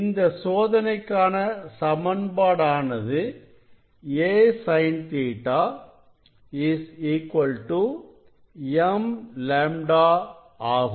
இந்த சோதனைக்கான சமன்பாடு ஆனது asin Ɵ m λ ஆகும்